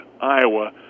Iowa